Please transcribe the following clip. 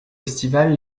estival